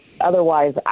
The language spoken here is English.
Otherwise